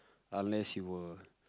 unless you were